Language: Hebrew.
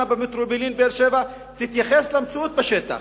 במטרופולין באר-שבע תתייחס למציאות בשטח,